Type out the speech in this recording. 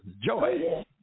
joy